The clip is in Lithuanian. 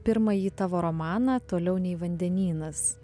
pirmąjį tavo romaną toliau nei vandenynas